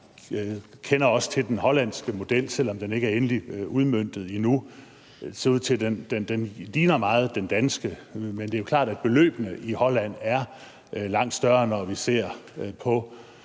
kender også til den hollandske model, selv om den ikke er endeligt udmøntet endnu. Det ser ud til, at den meget ligner den danske, men det er jo klart, at beløbene i Holland er langt større, når vi ser på